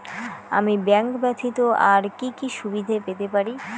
আমি ব্যাংক ব্যথিত আর কি কি সুবিধে পেতে পারি?